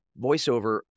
voiceover